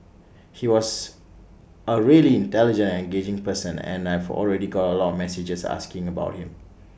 he was A really intelligent and engaging person and I've already got A lot of messages asking about him